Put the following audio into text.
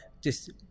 just-